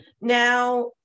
now